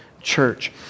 Church